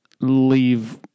leave